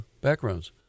backgrounds